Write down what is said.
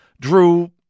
drew